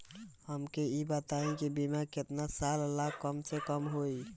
हमके ई बताई कि बीमा केतना साल ला कम से कम होई?